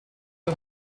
you